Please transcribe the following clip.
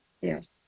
Yes